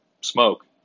smoke